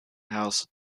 house